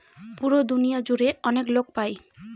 পুরো দুনিয়া জুড়ে অনেক লোক পাই